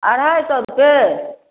अढ़ाइ सए रुपैए